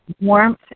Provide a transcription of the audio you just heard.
warmth